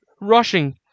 rushing